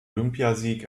olympiasieg